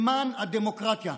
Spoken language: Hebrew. למען הדמוקרטיה.